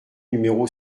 numéro